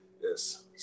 yes